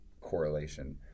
correlation